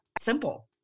simple